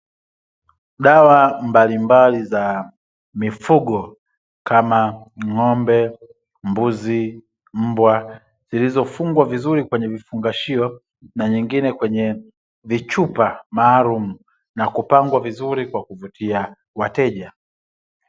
Dawa mbalimbali za mifugo kama ng'ombe, mbuzi, mbwa, zilizofungwa vizuri kwenye vifungashio na vingine kwenye vichupa maalumu vilivyopangwa vizuri kuvutia wateja.